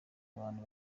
abantu